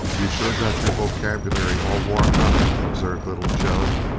you sure got your vocabulary all warmed up, observed little joe,